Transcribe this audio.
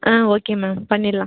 ஆ okay ma'am பண்ணிரலாம்